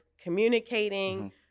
communicating